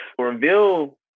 Reveal